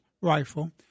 rifle